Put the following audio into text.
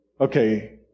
okay